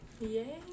yay